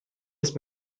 ist